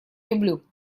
люблю